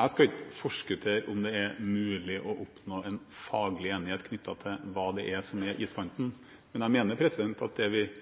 Jeg skal ikke forskuttere om det er mulig å oppnå en faglig enighet knyttet til hva som er iskanten, men jeg mener at det